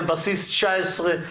על בסיס 19,